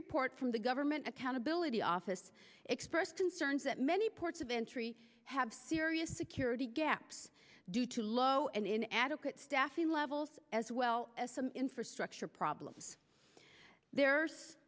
report from the government accountability office expressed concerns that many ports of entry have serious security gaps due to low and in adequate staffing levels as well as some infrastructure problems there's